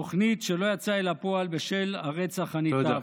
תוכנית שלא יצאה אל הפועל בשל הרצח הנתעב.